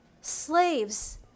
slaves